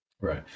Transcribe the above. Right